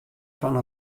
fan